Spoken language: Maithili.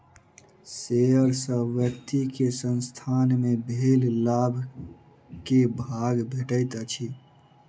शेयर सॅ व्यक्ति के संसथान मे भेल लाभ के भाग भेटैत अछि